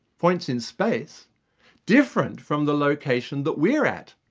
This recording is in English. points in space different from the location that we're at.